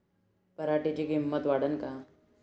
पराटीची किंमत वाढन का?